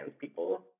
people